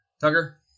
Tucker